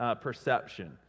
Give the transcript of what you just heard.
Perception